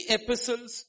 epistles